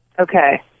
Okay